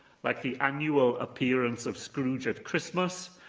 like the annual appearance of scrooge at christmas,